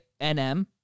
NM